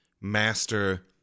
master